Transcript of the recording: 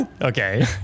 Okay